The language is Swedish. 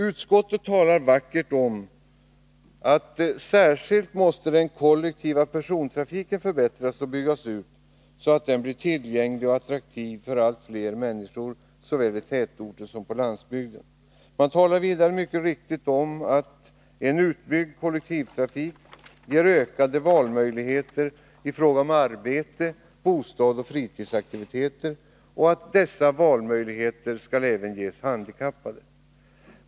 Utskottet talar vackert om att särskilt den kollektiva persontrafiken måste förbättras och byggas ut ”så att den blir tillgänglig och attraktiv för allt fler människor såväl i tätorter som på landsbygden”. Man talar vidare mycket riktigt om att ”en utbyggd kollektivtrafik ger ökade valmöjligheter i fråga om arbete, bostad och fritidsaktiviteter” och att ”dessa ökade valmöjligheter skall även ges handikappade”.